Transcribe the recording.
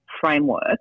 framework